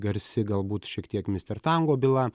garsi galbūt šiek tiek mistertango byla